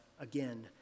again